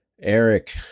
Eric